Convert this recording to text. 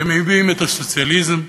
שמביעים את הסוציאליזם,